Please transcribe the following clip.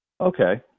Okay